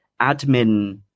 admin